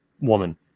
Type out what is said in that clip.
woman